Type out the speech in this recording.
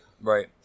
Right